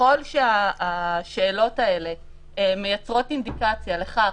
שככל שהשאלות האלה מייצרות אינדיקציה לכך